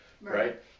right